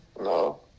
no